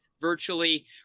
virtually